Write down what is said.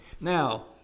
Now